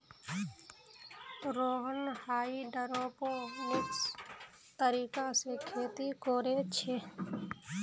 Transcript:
Rohan hydroponics तरीका से खेती कोरे छे